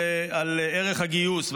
על ערך הגיוס.